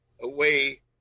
away